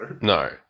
no